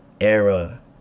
era